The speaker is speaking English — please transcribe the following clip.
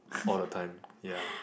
all the time ya